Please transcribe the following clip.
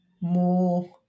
more